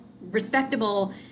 respectable